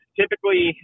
typically